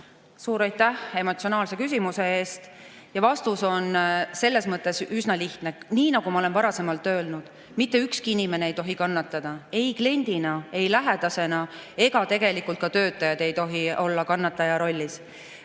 Suur aitäh emotsionaalse küsimuse eest! Vastus on selles mõttes üsna lihtne. Nii nagu ma olen varasemalt öelnud: mitte ükski inimene ei tohi kannatada ei kliendina ega [kliendi] lähedasena ning tegelikult ka töötajad ei tohi olla kannataja rollis.